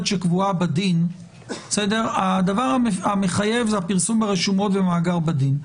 שקבועה בדין הדבר המחייב הוא הפרסום ברשומות ובמאגר בדין.